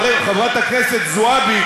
חברת הכנסת זועבי,